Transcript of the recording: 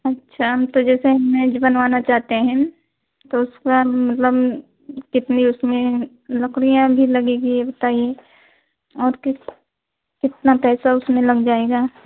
अच्छा तो जैसे हम मेज बनवाना चाहते हैं तो उसका मतलब कितनी उसमे लकड़ियाँ भी लगेगी ये बताइए और किस कितना पैसा उसमे लग जाएगा